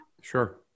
Sure